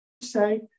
say